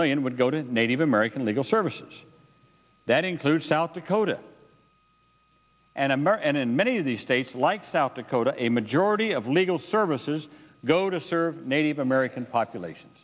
million would go to native american legal services that include south dakota and m r and in many of these states like south dakota a majority of legal services go to serve native american population